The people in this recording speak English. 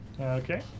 Okay